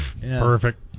Perfect